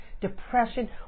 depression